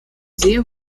sehr